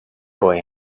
boy